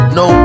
no